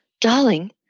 darling